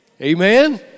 Amen